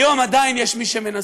היום עדיין יש מי שמנסה,